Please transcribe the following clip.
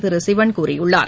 திரு சிவன் கூறியுள்ளார்